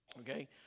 Okay